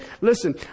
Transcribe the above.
listen